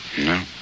No